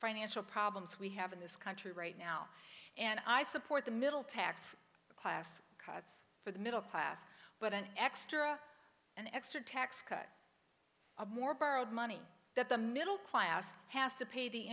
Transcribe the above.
financial problems we have in this country right now and i support the middle tax class cuts for the middle class but an extra an extra tax cut a more borrowed money that the middle class has to pay the